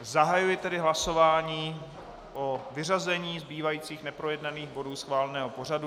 Zahajuji tedy hlasování o vyřazení zbývajících neprojednaných bodů schváleného pořadu.